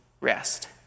rest